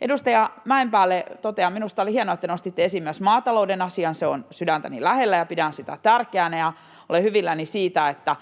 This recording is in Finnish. Edustaja Mäenpäälle totean: Minusta oli hienoa, että nostitte esiin myös maatalouden asian. Se on sydäntäni lähellä, ja pidän sitä tärkeänä. Olen hyvilläni siitä, että